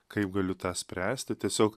kaip galiu tą spręsti tiesiog